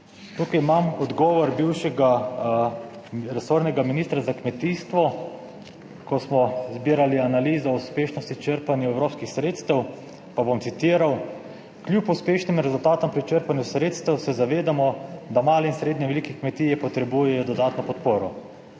Tukaj imam odgovor bivšega resornega ministra za kmetijstvo, ko smo zbirali analizo uspešnosti črpanja evropskih sredstev, pa bom citiral, »Kljub uspešnim rezultatom pri črpanju sredstev se zavedamo, da male in srednje velike kmetije potrebujejo dodatno podporo.